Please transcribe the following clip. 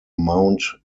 mount